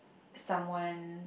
someone